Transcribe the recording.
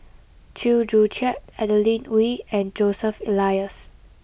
Chew Joo Chiat Adeline Ooi and Joseph Elias